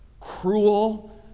cruel